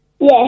Yes